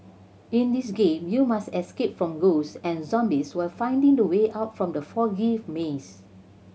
in this game you must escape from ghosts and zombies while finding the way out from the foggy maze